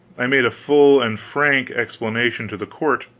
i made a full and frank explanation to the court.